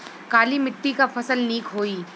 काली मिट्टी क फसल नीक होई?